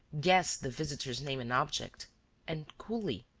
guessed the visitor's name and object and, coolly,